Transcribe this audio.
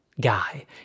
guy